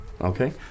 Okay